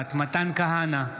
נוכחת מתן כהנא,